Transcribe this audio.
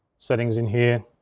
settings in here.